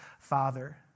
father